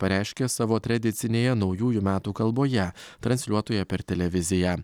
pareiškė savo tradicinėje naujųjų metų kalboje transliuotoje per televiziją